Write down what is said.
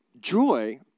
Joy